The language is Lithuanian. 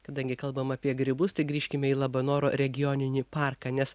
kadangi kalbam apie grybus tai grįžkime į labanoro regioninį parką nes